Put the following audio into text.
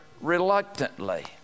reluctantly